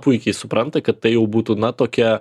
puikiai supranta kad tai jau būtų na tokia